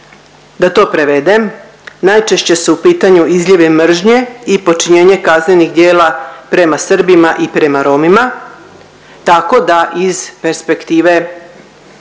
Da to prevedem, najčešće su u pitanju izljevi mržnje i počinjenje kaznenih djela prema Srbima i prema Romima, tako da iz perspektive